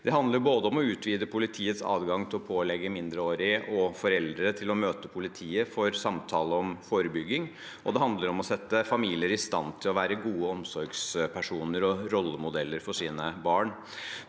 Det handler både om å utvide politiets adgang til å pålegge mindreårige og foreldre å møte for politiet for samtale om forebygging, og om å sette familier i stand til å være gode omsorgspersoner og rollemodeller for sine barn.